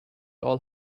all